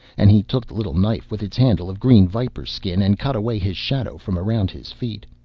and he took the little knife with its handle of green viper's skin, and cut away his shadow from around his feet,